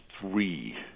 three